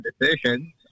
decisions